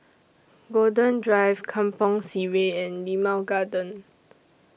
Golden Drive Kampong Sireh and Limau Garden